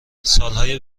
سالهای